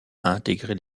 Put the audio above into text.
intégrer